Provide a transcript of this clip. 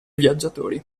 viaggiatori